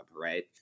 right